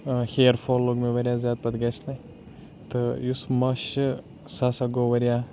ہیر fall لوٚگ مےٚ واریاہ زیادٕ پَتہٕ گَژھنہِ تہٕ یُس مَس چھُ سُہ ہَسا گوٚو واریاہ